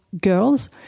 girls